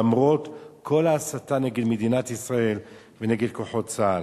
למרות כל ההסתה נגד מדינת ישראל ונגד כוחות צה"ל.